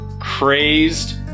Crazed